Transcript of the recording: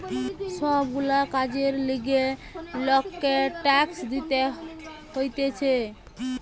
সব গুলা কাজের লিগে লোককে ট্যাক্স দিতে হতিছে